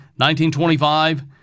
1925